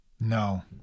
No